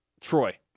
Troy